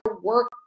work